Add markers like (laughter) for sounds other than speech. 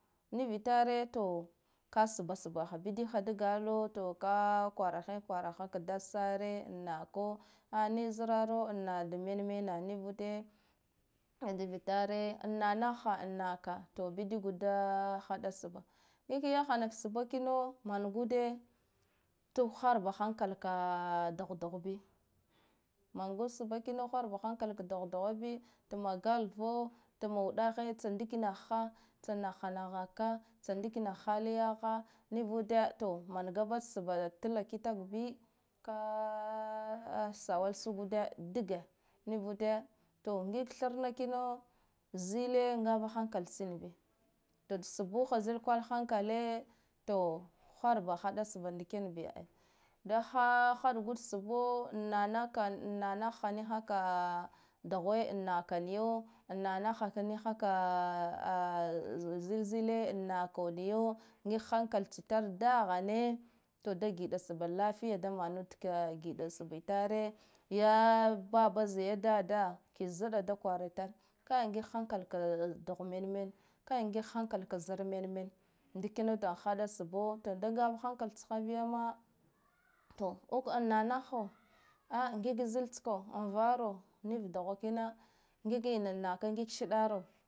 Nivitare to ka sba sbaha bidigha dgala ka kwarahe kwara ka dad sare an nako a nig zraro annada menmena nivude nivitare an nanahha an naka bidigudda haɗa sbba, ndik yahan ka sbba kino mangude tuk hwarba hankal ka guhduh bi mangud sba kino hwarba hankal ka duh duhwa bi tma gathvo tna uɗa he tsa ndikinahha tsa nahha naha ka, tsa ndikinah haliyaha nivude manga sbba tla kitakw bi ka sawala suguɗe dige nivude to ngig tharna kino zile ngaba hankal tsin bi, da subuha zar kwar hankale to hwar ba haɗa sba ndiken bi ai da haɗgud sbbo an na naka annanaha niha ka duhwa annaka niyo anna nahha nika ka (hesitation) zile zile an nako niyo nig hankal tsitare dahane, to da giɗa sba lafiya da manud kagidsbbitare ya baba za dada zɗɗa da kwari tar kai ngig hankal ka duh men mena kai ngig hankal zar men mena ndikinuda haɗa sbbo, to da nga hankal tsha bi ma unka na nahho ngig zil tsko an varo niva duhwe kina ngigina naka ndig shiɗaro.